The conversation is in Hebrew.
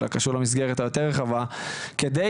אלא קשור למסגרת היותר רחבה.